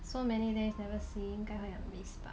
so many days never see 应该会很 miss bah